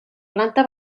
planta